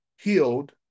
healed